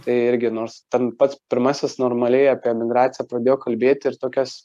tai irgi nors ten pats pirmasis normaliai apie emigraciją pradėjo kalbėti ir tokias